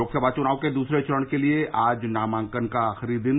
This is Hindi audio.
लोकसभा चुनाव के दूसरे चरण के लिए आज नामांकन का अखिरी दिन